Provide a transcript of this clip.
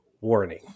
warning